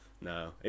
No